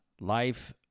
life